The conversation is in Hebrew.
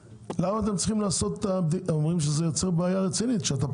אומרים שזה גורם לבעיה רצינית שכל הזמן